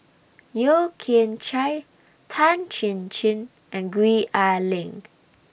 Yeo Kian Chye Tan Chin Chin and Gwee Ah Leng